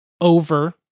over